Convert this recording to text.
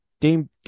game